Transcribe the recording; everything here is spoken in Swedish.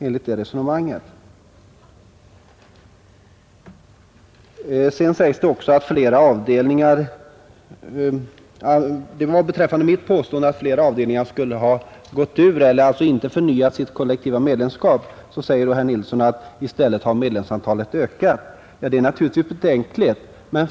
Mot mitt påstående att flera avdelningar skulle ha utträtt eller inte skulle ha förnyat sitt kollektiva medlemskap säger herr Nilsson att medlemstalet i stället har ökat. Det är naturligtvis betänkligt.